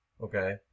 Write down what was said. Okay